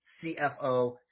CFO